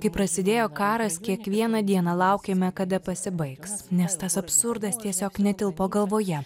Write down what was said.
kai prasidėjo karas kiekvieną dieną laukėme kada pasibaigs nes tas absurdas tiesiog netilpo galvoje